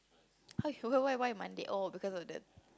!aiyo! why why Monday oh because of the